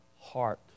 heart